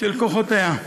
של כוחותיה.